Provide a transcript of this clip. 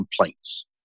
complaints